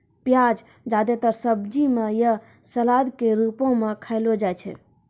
प्याज जादेतर सब्जी म या सलाद क रूपो म खयलो जाय छै